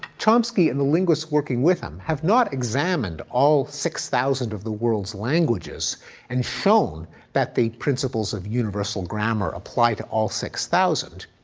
chomsky and the linguists working with him have not examined all six thousand of the world's languages and shown that the principles of universal grammar apply to all six thousand.